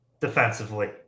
defensively